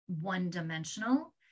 one-dimensional